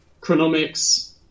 Chronomics